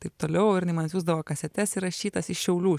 taip toliau ir jinai man siųsdavo kasetes įrašytas iš šiaulių